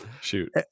Shoot